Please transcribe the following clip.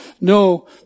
no